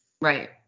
Right